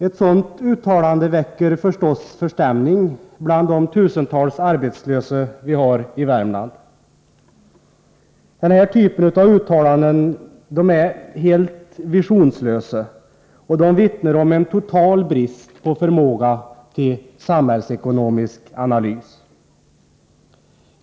Ett sådant uttalande väcker naturligtvis förstämning bland de tusentals arbetslösa som vi har i Värmland. Sådana uttalanden är helt visionslösa och vittnar om en total brist på förmåga till samhällsekonomisk analys.